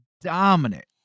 dominant